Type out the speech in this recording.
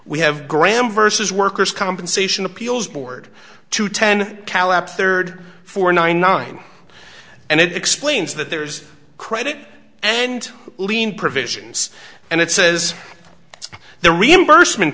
we have graham versus workers compensation appeals board to ten third four nine nine and explains that there's a credit and lien provisions and it says the reimbursement